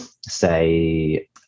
say